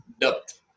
depth